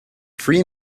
three